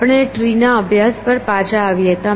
આપણે ટ્રી ના અભ્યાસ પર પાછા આવીએ